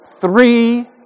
three